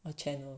what channel